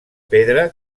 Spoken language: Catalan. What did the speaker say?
pedra